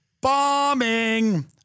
bombing